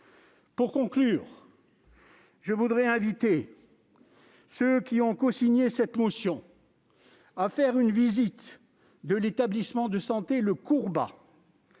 Pour conclure, je voudrais inviter ceux qui ont cosigné cette motion à faire une visite de l'établissement de santé Le Courbat,